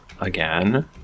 again